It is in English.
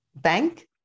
bank